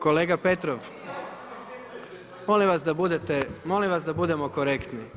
Kolega Petrov, molim vas da budemo korektni.